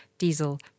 diesel